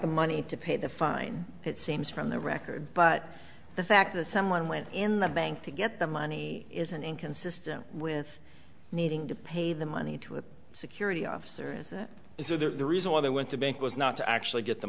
the money to pay the fine it seems from their record but the fact that someone went in the bank to get the money isn't inconsistent with needing to pay the money to a security officer is that is the reason why they went to bank was not to actually get the